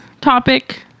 topic